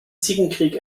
zickenkrieg